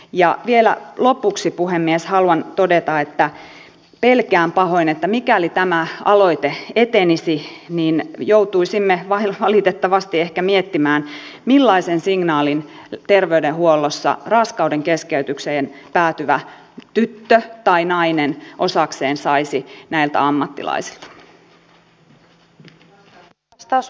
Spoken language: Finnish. ja vielä lopuksi puhemies haluan todeta että pelkään pahoin että mikäli tämä aloite etenisi niin joutuisimme valitettavasti ehkä miettimään millaisen signaalin terveydenhuollossa raskaudenkeskeytykseen päätyvä tyttö tai nainen osakseen saisi näiltä ammattilaisilta